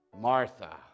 Martha